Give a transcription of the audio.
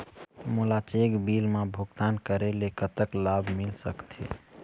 मोला cheque bill मा भुगतान करेले कतक लाभ मिल सकथे?